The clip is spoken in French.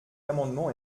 amendement